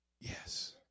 yes